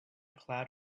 cloud